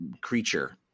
creature